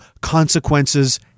consequences